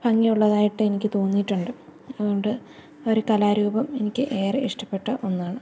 ഭംഗിയുള്ളതായിട്ട് എനിക്ക് തോന്നിയിട്ടുണ്ട് അതുകൊണ്ട് ആ ഒരു കലാരൂപം എനിക്ക് ഏറെ ഇഷ്ടപ്പെട്ട ഒന്നാണ്